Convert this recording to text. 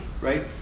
right